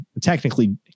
Technically